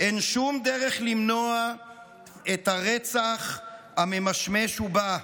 אין שום דרך למנוע את הרצח הממשמש ובא.